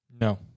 No